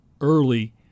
early